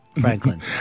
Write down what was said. Franklin